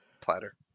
platter